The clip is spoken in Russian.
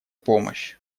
помощь